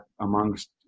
amongst